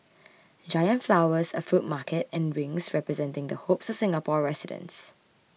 giant flowers a fruit market and rings representing the hopes of Singapore residents